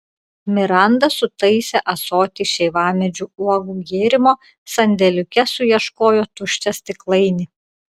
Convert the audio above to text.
miranda sutaisė ąsotį šeivamedžių uogų gėrimo sandėliuke suieškojo tuščią stiklainį